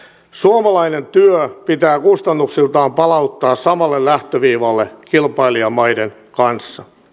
suomalainen työ pitää kustannuksiltaan palauttaa samalle lähtöviivalle kilpailijamaiden kanssa